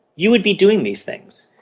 you would be doing these things.